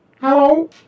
Hello